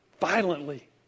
violently